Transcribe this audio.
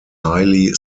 highly